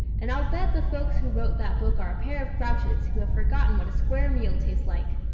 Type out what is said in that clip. and i'll bet the folks who wrote that book are a pair of grouches who have forgotten what a square meal tastes like!